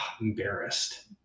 embarrassed